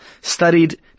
studied